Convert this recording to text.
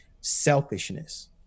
selfishness